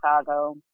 Chicago